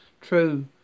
True